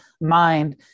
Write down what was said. mind